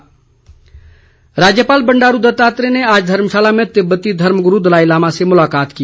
राज्यपाल राज्यपाल बंडारू दत्तात्रेय ने आज धर्मशाला में तिब्बती धर्म गुरू दलाईलामा से मुलाकात की